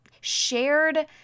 shared